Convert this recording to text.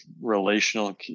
relational